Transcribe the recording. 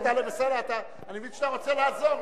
שתשוט לסוריה.